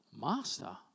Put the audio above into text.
Master